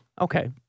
Okay